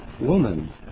woman